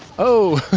oh.